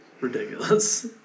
ridiculous